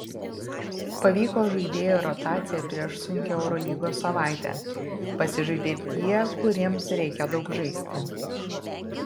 pavyko žaidėjų rotacija prieš sunkią eurolygos savaitę pasižaidė tie kuriems reikia daug žaisti